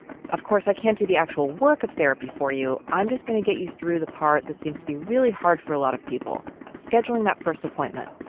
of course, i can't do the actual work of therapy for you. i'm just going to get you through the part that seems to be really hard for a lot of people scheduling that first appointment.